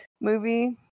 movie